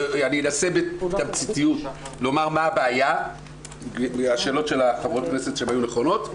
אני אנסה בתמציתיות לומר מה הבעיה מהשאלות של חברות הכנסת שהיו נכונות,